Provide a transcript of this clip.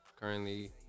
currently